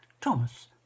Thomas